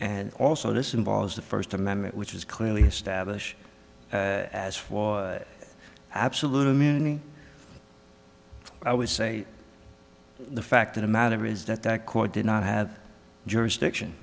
and also this involves the first amendment which is clearly established as for absolute muni i would say the fact of the matter is that that court did not have jurisdiction